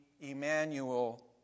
Emmanuel